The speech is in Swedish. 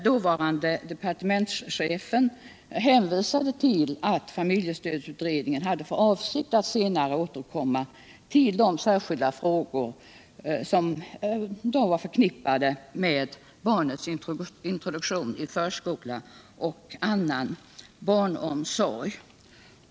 Dåvarande departementschefen hänvisade till att familjestödsutredningen hade för avsikt att senare återkomma till de särskilda frågor som var förknippade med barnets introduktion i förskola och annan barnomsorg.